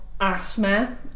asthma